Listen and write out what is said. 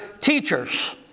teachers